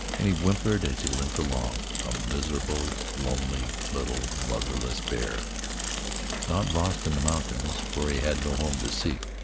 and he whimpered as he limped along, a miserable, lonely, little, motherless bear not lost in the mountains, for he had no home to seek,